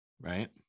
right